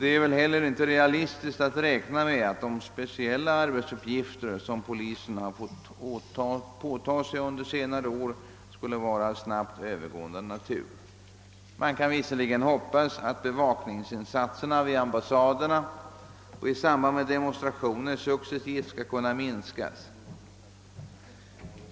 Det är väl inte heller realistiskt att räkna med att de speciella arbetsuppgifter, som polisen har fått påta sig under senare år, skulle vara av snabbt övergående natur, även om man kan hoppas att bevakningsinsatserna vid ambassaderna och i samband med demonstrationer successivt skall kunna minskas.